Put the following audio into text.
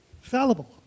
fallible